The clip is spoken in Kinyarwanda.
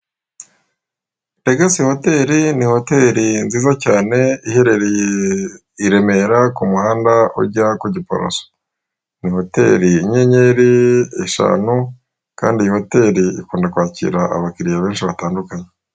Legacy hotel ni hotel nziza cyane iherereye i Remera, ku muhanda ujya ku Giporoso, ni hoteli y'inyenyeri eshanu kandi iyi hoteri ikunda kwakira abakiriya benshi batandukanye.